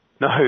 No